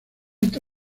esta